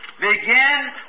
begin